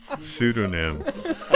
pseudonym